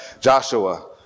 Joshua